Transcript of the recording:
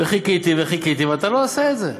וחיכיתי וחיכיתי, ואתה לא עושה את זה.